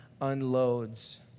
unloads